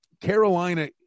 Carolina